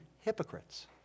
hypocrites